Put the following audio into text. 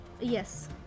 Yes